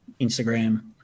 Instagram